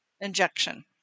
injection